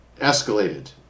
escalated